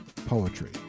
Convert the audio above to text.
poetry